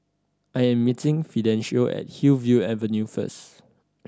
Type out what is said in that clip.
I am meeting Fidencio at Hillview Avenue first